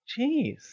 jeez